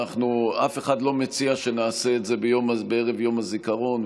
אף אחד לא מציע שנעשה את זה בערב יום הזיכרון,